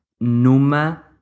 numa